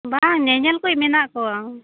ᱵᱟᱝ ᱧᱮᱧᱮᱞ ᱠᱚ ᱢᱮᱱᱟᱜ ᱠᱚᱣᱟ